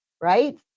right